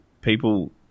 people